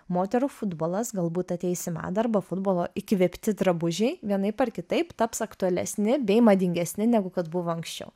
moterų futbolas galbūt ateis į madą arba futbolo įkvėpti drabužiai vienaip ar kitaip taps aktualesni bei madingesni negu kad buvo anksčiau